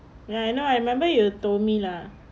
ya I know I remember you told me lah